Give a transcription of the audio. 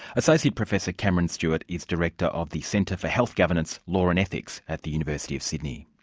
associate professor cameron stewart is director of the centre for health governance, law and ethics at the university of sydney.